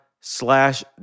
slash